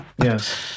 Yes